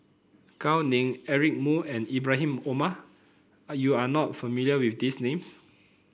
Gao Ning Eric Moo and Ibrahim Omar are you are not familiar with these names